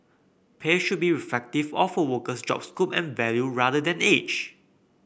pay should be reflective of a worker's job scope and value rather than age